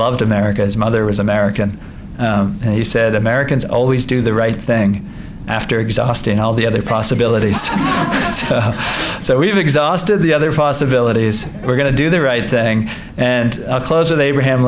loved america his mother was american and he said americans always do the right thing after exhausting all the other possibilities so we've exhausted the other possibilities we're going to do the right thing and closer they w